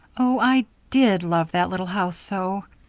oh, i did love that little house so.